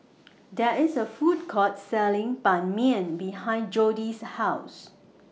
There IS A Food Court Selling Ban Mian behind Jodi's House